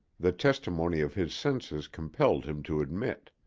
the testimony of his senses compelled him to admit.